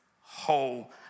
whole